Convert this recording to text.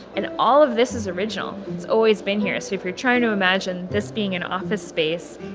and all of this is original. it's always been here. so if you're trying to imagine this being an office space,